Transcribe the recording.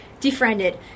Defriended